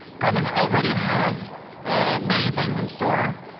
kotlin already has many things in store,